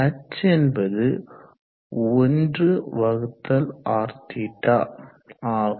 h என்பது 1rθ ஆகும்